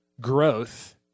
growth